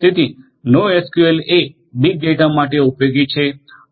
તેથી નોએસક્યુએલ એ big data માટે ઉપયોગી છે